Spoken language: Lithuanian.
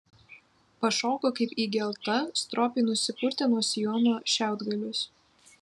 pašoko kaip įgelta stropiai nusipurtė nuo sijono šiaudgalius